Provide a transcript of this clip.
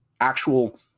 actual